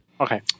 Okay